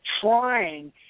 trying